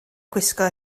gwisgo